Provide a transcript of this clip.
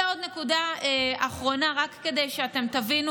ועוד נקודה אחרונה, רק כדי שאתם תבינו